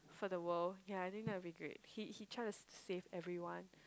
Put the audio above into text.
for the world yea I think that will be great he he try to save everyone